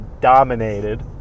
dominated